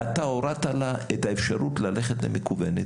אתה הורדת לה את האפשרות ללכת למקוונת,